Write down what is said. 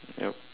yup